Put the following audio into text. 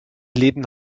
leben